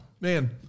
Man